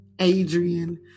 Adrian